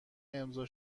امضا